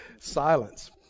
Silence